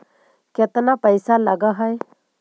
केतना पैसा लगय है?